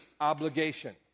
obligation